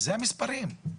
אלה המספרים.